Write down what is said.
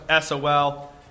SOL